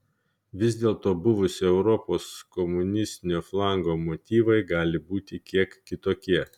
vis dėlto buvusio europos komunistinio flango motyvai gali būti kiek kitokie